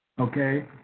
Okay